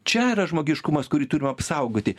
čia yra žmogiškumas kurį turim apsaugoti